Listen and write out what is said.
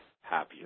happier